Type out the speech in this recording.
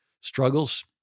struggles